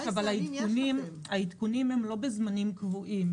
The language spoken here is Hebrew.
יש, אבל העדכונים הם לא בזמנים קבועים.